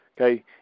Okay